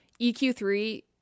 EQ3